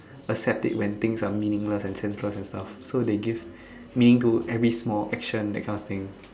accept it when things are meaningless and senseless and stuff so they give meaning to every small action that kind of thing